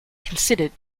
considered